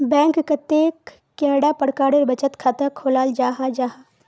Bank कतेक कैडा प्रकारेर बचत खाता खोलाल जाहा जाहा?